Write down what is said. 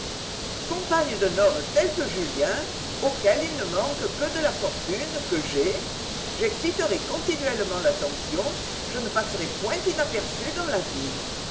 compagne d'un homme tel que julien auquel il ne manque que de la fortune que j'ai j'exciterai continuellement l'attention je ne passerai point inaperçue dans la vie